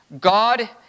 God